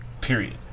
Period